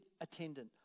attendant